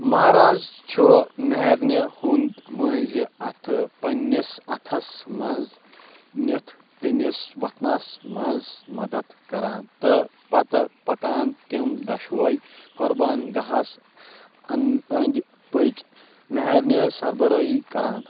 مہراز چھُ مہرنہِ ہنٛد منٛز اتھہٕ پننِس اتھس منٛز نِتھ تٔمِس وتھنَس منٛز مدد کران تہٕ پتہٕ پَکان تِم دۄشوے قربان گاہَس انٛدۍ پٔکۍ مہرنہِ سربرٲہی کران